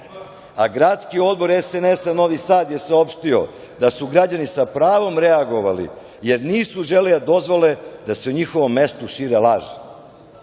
a gradski odbor SNS-a Novi Sad je saopštio da su građani sa pravom reagovali jer nisu želeli da dozvole da se u njihovom mestu šire laži.